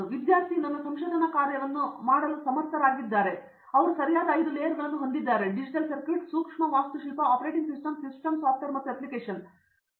ಹಾಗಾಗಿ ವಿದ್ಯಾರ್ಥಿ ನನ್ನ ಸಂಶೋಧನಾ ಕಾರ್ಯವನ್ನು ಮಾಡಲು ಸಮರ್ಥರಾಗಿದ್ದರೆ ಅವರು ಸರಿಯಾದ 5 ಲೇಯರ್ಗಳನ್ನು ಹೊಂದಿದ್ದಾರೆ ಡಿಜಿಟಲ್ ಸರ್ಕ್ಯೂಟ್ ಸೂಕ್ಷ್ಮ ವಾಸ್ತುಶಿಲ್ಪ operating system system software application